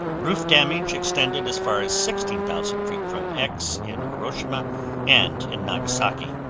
roof damage extended as far as sixteen thousand feet from x in hiroshima and in nagasaki.